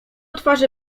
twarzy